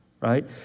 right